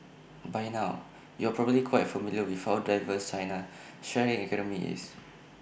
by now you're probably quite familiar with how diverse China's sharing economy is